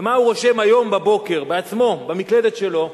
ומה הוא רושם היום בבוקר, בעצמו, במקלדת שלו?